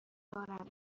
دارم